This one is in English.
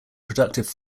productive